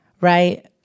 Right